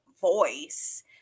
voice